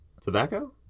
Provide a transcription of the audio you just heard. Tobacco